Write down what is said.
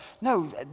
No